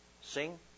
sing